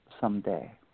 someday